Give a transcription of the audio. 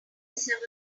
civil